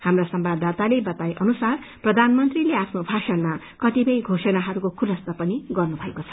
हाम्रा संवाददाताले बताए अनुसार प्रधानमन्त्रीले आफ्नो भाषणमा कतिपय घोषणाहरूको खुलस्त पनि गर्नुभएको छ